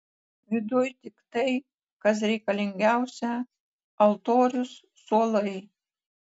viduj tik tai kas reikalingiausia altorius suolai